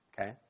Okay